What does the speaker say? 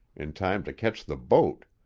in time to ketch the boat.